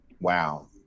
wow